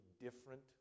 different